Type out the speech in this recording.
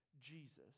Jesus